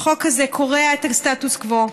החוק הזה קורע את הסטטוס קוו.